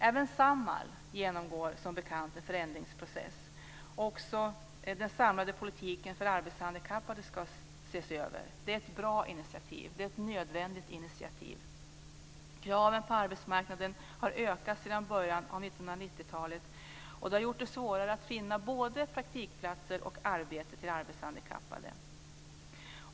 Även Samhall genomgår som bekant en förändringsprocess, och hela den samlade politiken för arbetshandikappade ska ses över. Det är ett bra initiativ. Det är ett nödvändigt initiativ. Kraven på arbetsmarknaden har ökat sedan början av 1990-talet. Det har gjort det svårare att finna både praktikplatser och arbete till arbetshandikappade.